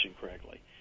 correctly